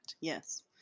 Yes